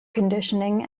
conditioning